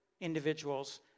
individuals